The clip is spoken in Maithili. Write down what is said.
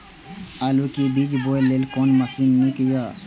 आलु के बीज बोय लेल कोन मशीन नीक ईय?